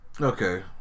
okay